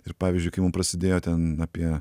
ir pavyzdžiui kai mum prasidėjo ten apie